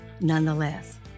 nonetheless